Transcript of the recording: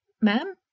Ma'am